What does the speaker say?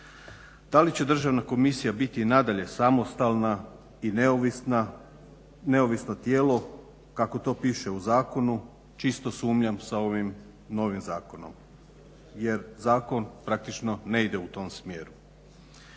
Da li će Državna komisija biti i nadalje samostalna i neovisna, neovisno tijelo kako to piše u zakonu čisto sumnjam sa ovim novim zakonom, jer zakon praktično ne ide u tom smjeru.